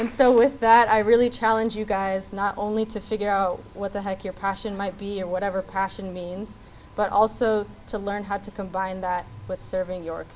and so with that i really challenge you guys not only to figure out what the heck your passion might be or whatever question means but also to learn how to combine that with serving yo